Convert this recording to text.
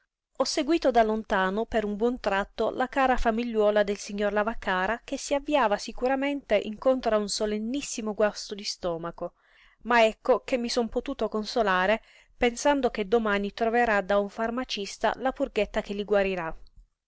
ho seguíto da lontano per un buon tratto la cara famigliuola del signor lavaccara che si avviava sicuramente incontro a un solennissimo guasto di stomaco ma ecco che mi son potuto consolare pensando che domani troverà da un farmacista la purghetta che li guarirà